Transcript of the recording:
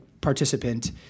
participant